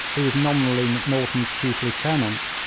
who was nominally macnaghten's chief lieutenant,